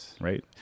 right